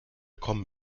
kommen